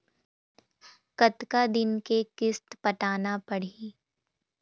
कतका दिन के किस्त पटाना पड़ही?